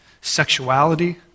sexuality